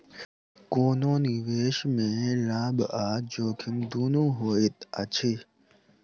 कोनो निवेश में लाभ आ जोखिम दुनू होइत अछि